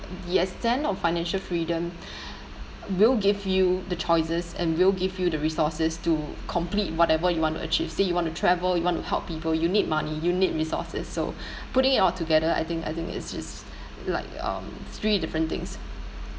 the extent of financial freedom will give you the choices and will give you the resources to complete whatever you want to achieve say you want to travel you want to help people you need money you need resources so putting it all together I think I think it's just like um three different things